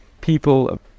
people